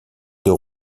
deux